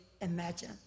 imagine